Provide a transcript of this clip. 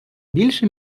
більше